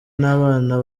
n’abana